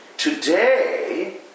Today